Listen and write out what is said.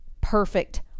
perfect